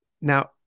now